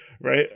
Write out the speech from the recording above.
right